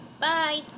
bye